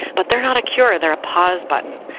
but they're not a cure. they're a pause button.